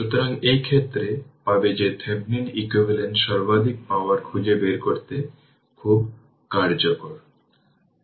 সুতরাং 14 বাই 349 তাই 6 by 7 second তাই এইভাবে i t I0 e t t by τ এটা আমরা জানি